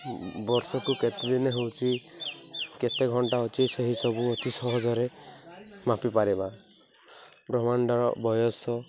ବର୍ଷକୁ କେତେଦିନ ହେଉଛି କେତେ ଘଣ୍ଟା ଅଛି ସେହିସବୁ ଅଛି ସହଜରେ ମାପିପାରିବା ବ୍ରହ୍ମାଣ୍ଡର ବୟସ